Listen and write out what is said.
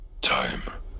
time